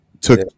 took